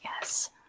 Yes